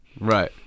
right